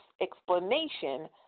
explanation